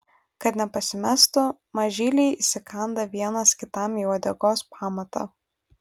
kad nepasimestų mažyliai įsikanda vienas kitam į uodegos pamatą